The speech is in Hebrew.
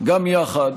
גם יחד